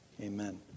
Amen